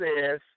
says